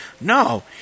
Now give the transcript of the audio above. No